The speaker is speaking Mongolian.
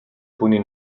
түүний